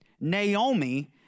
Naomi